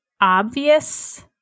obvious